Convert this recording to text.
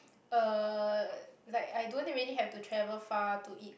uh like I don't really have to travel far to eat